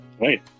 right